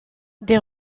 des